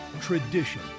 tradition